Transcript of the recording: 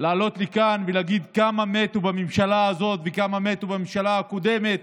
לעלות לכאן ולהגיד כמה מתו בממשלה הזאת וכמה מתו בממשלה הקודמת